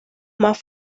más